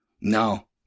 No